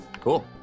cool